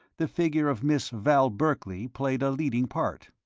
the figure of miss val beverley played a leading part.